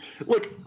Look